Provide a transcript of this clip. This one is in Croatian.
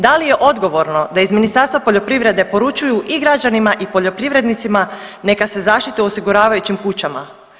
Da li je odgovorno da iz Ministarstva poljoprivrede poručuju i građanima i poljoprivrednicima nema se zaštite u osiguravajućim kućama?